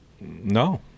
no